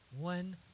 one